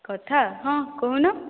କଥା ହଁ କହୁନ